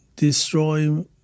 destroy